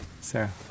Sarah